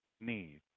need